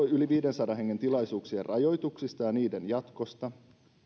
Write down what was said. yli viidensadan hengen tilaisuuksien rajoituksista ja niiden jatkosta